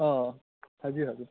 ꯑꯥ ꯍꯥꯏꯕꯤꯌꯨ ꯍꯥꯏꯕꯤꯌꯨ